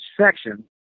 section